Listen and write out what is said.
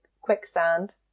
quicksand